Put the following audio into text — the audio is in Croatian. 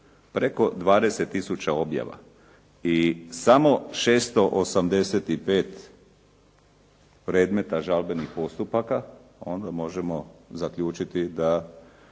preko 20 tisuća objava i samo 685 predmeta žalbenih postupaka onda možemo zaključiti da